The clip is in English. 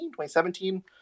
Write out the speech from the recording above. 2017